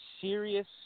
serious